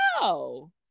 no